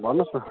भन्नुहोस् न